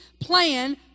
plan